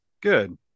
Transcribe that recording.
Good